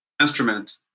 instrument